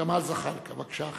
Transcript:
ג'מאל זחאלקה, בבקשה.